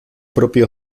propio